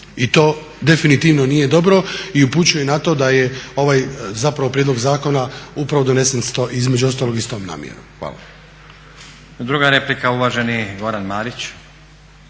I to definitivno nije dobro i upućuje na to da je ovaj zapravo prijedlog zakona upravo donesen između ostalog i s tom namjerom. Hvala. **Stazić, Nenad (SDP)** Druga replika, uvaženi Goran Marić.